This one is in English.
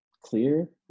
clear